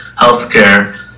healthcare